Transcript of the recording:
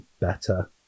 better